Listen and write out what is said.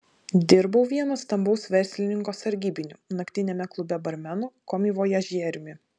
dirbau vieno stambaus verslininko sargybiniu naktiniame klube barmenu komivojažieriumi